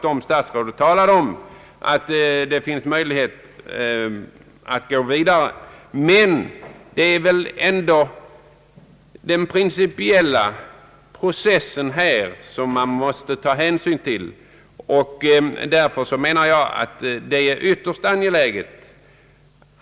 Jag anser det emellertid vara ytterst angeläget att också ta hänsyn till processförfarandets principiella sida.